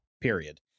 period